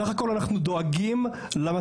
בסך הכל אנחנו דואגים למצב,